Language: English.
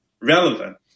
relevant